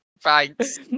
thanks